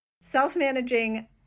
self-managing